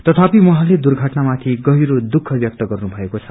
तथापि उहाँले दुर्घटनामाथि गहिरो दुःख व्यक्त गर्नु भएको छ